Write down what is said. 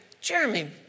Jeremy